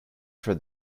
for